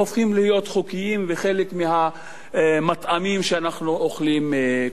חוקיים וחלק מהמטעמים שאנחנו אוכלים כל יום.